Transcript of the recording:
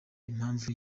impamvu